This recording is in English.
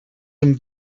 and